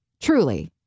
Truly